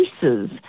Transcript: pieces